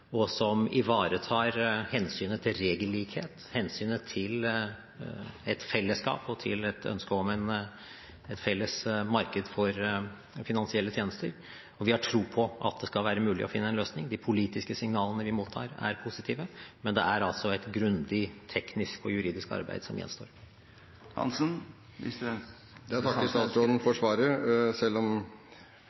og som ivaretar hensynet til regellikhet, hensynet til et fellesskap og til hensynet til et ønske om et felles marked for finansielle tjenester. Vi har tro på at det skal være mulig å finne en løsning. De politiske signalene vi mottar, er positive, men det er altså et grundig teknisk og juridisk arbeid som gjenstår. Jeg takker statsråden for svaret. Selv om